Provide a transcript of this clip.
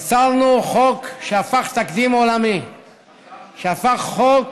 יצרנו חוק שהפך לתקדים עולמי והפך לחוק